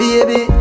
Baby